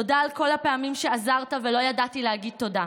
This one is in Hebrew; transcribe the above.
תודה על כל הפעמים שעזרת ולא ידעתי להגיד תודה,